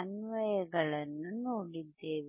ಅನ್ವಯಗಳನ್ನು ನೋಡಿದ್ದೇವೆ